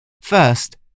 First